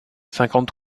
cinquante